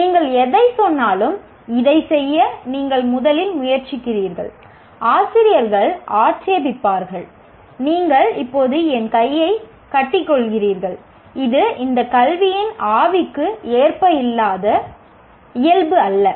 நீங்கள் எதைச் சொன்னாலும் இதைச் செய்ய நீங்கள் முதலில் முயற்சி செய்கிறீர்கள் ஆசிரியர்கள் ஆட்சேபிப்பார்கள் நீங்கள் இப்போது என் கையை கட்டிக்கொள்கிறீர்கள் இது இந்த கல்வியின் மனநிலைக்கு ஏற்ப இல்லாத இயல்பு அல்ல